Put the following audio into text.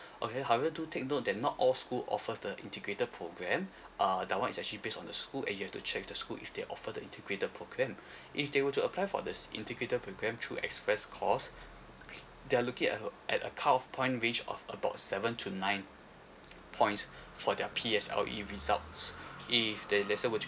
oh ya however to take note that not all school offers the integrated program uh that one is actually based on the school and you have to check the school if they offer the integrated program if they were to apply for this integrated program to express course they're looking at a at a cut off point range of about seven to nine points for their P_S_L_E results if the let say he were to